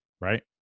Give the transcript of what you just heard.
right